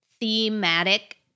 Thematic